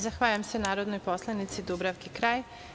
Zahvaljujem se narodnoj poslanici Dubravki Kralj.